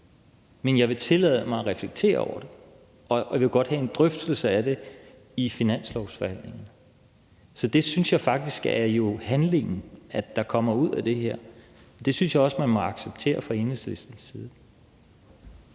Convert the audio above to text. at jeg vil tillade mig at reflektere over det, og at jeg godt vil have en drøftelse af det i finanslovsforhandlingerne. Så det synes jeg faktisk er den handling, der kommer ud af det her. Det synes jeg også man må acceptere fra Enhedslistens side.